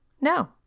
No